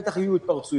בטח יהיו התפרצויות.